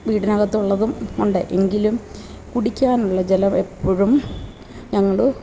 വീടിനകത്തുള്ളതും ഉണ്ട് എങ്കിലും കുടിക്കാനുള്ള ജലം എപ്പോഴും ഞങ്ങൾ